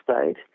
state